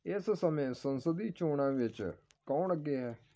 ਇਸ ਸਮੇਂ ਸੰਸਦੀ ਚੋਣਾਂ ਵਿੱਚ ਕੌਣ ਅੱਗੇ ਹੈ